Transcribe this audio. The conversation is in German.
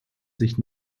sich